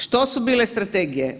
Što su bile strategije?